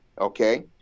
okay